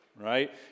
right